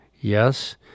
yes